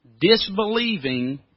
Disbelieving